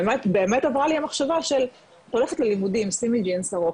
באמת בערה לי המחשבה את הולכת ללימודים שימי ג'ינס ארוך,